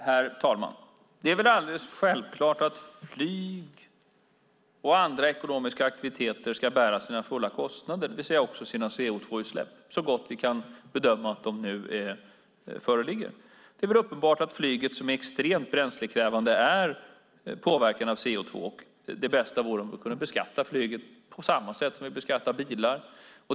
Herr talman! Det är alldeles självklart att flyg och andra ekonomiska aktiviteter ska bära sina fulla kostnader, det vill säga också kostnader för sina CO2-utsläpp, så gott vi kan bedöma att sådana föreligger. Det är uppenbart att flyget som är extremt bränslekrävande påverkar CO2-utsläppen, och det bästa vore om vi kunde beskatta flyget på samma sätt som vi beskattar bilar.